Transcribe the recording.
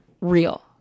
real